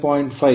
5 KV2